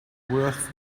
worth